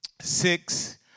six